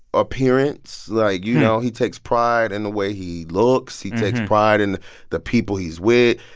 appearance. like, you know, he takes pride in the way he looks. he takes pride in the people he's with.